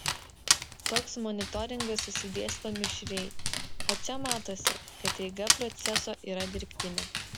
toks monitoringas susidėsto mišriai o čia matosi kad eiga proceso yra dirbtinė